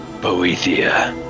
Boethia